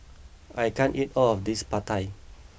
I can't eat all of this Pad Thai